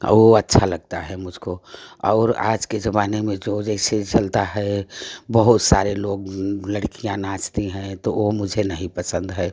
ओ अच्छा लगता है मुझको और आज के ज़माने में जो जैसे चलता है बहुत सारे लोग लड़कियाँ नाचती हैं तो ओ मुझे नहीं पसंद है